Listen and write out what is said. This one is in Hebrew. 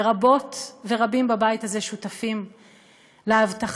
ורבות ורבים בבית הזה שותפים להבטחה,